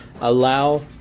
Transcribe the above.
allow